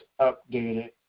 updated